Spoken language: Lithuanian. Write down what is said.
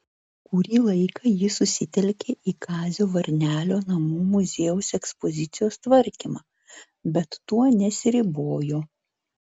kurį laiką ji susitelkė į kazio varnelio namų muziejaus ekspozicijos tvarkymą bet tuo nesiribojo